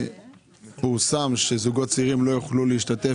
פורסם שזוגות צעירים לא יוכלו להשתתף,